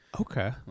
Okay